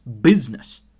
business